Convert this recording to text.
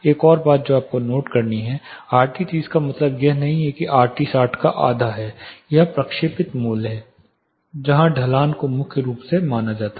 एक और बात जो आपको नोट करनी है आरटी 30 का मतलब यह नहीं है कि यह आरटी 60 का आधा है यह प्रक्षेपित मूल्य है जहां ढलान को मुख्य रूप से माना जाता है